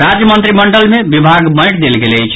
राज्य मंत्रिमंडल मे विभाग बांटि देल गेल अछि